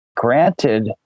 Granted